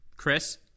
chris